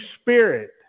spirit